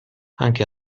anche